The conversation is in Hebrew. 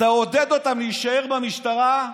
כדי לעודד אותם להישאר במשטרה.